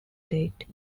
date